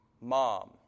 mom